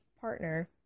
partner